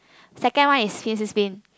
second one is spin spin spin